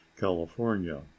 california